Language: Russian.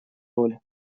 роль